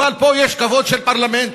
אבל פה יש כבוד של פרלמנט,